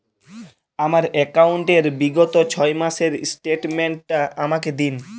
আমার অ্যাকাউন্ট র বিগত ছয় মাসের স্টেটমেন্ট টা আমাকে দিন?